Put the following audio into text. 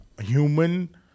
human